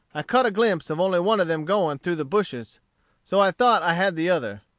i caught a glimpse of only one of them going through the bushes so i thought i had the other.